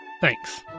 Thanks